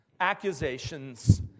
accusations